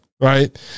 Right